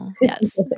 yes